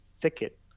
thicket